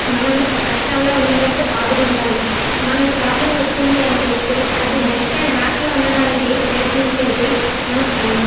మనం కష్టాల్లో ఉండేటప్పుడు ఆదుకుంటాడు మనం ప్రాబ్లమ్ వచ్చింది అని చెబితే అది నెక్స్ట్ టైమ్ రాకుండా ఉండటానికి ప్రయత్నించేది మన ఫ్రెండ్